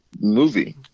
movie